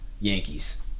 Yankees